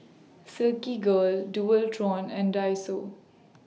Silkygirl Dualtron and Daiso